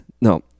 No